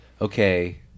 Okay